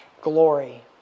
glory